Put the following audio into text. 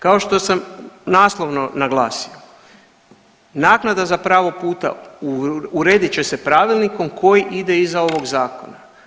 Kao što sam naslovno naglasio, naknada za pravo puta uredit će se pravilnikom koji ide iza ovog Zakona.